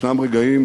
ישנם רגעים